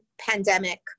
pandemic